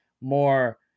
more